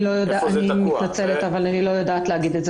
אני מתנצלת אבל אני לא יודעת לומר.